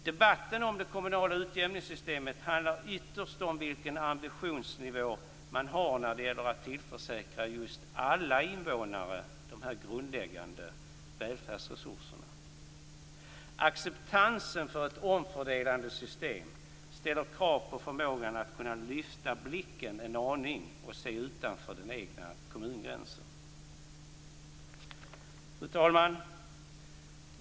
Debatten om det kommunala utjämningssystemet handlar ytterst om vilken ambitionsnivå man har när det gäller att tillförsäkra just alla invånare dessa grundläggande välfärdsresurser. Acceptansen för ett omfördelande system ställer krav på förmågan att lyfta blicken en aning och se utanför den egna kommungränsen. Fru talman!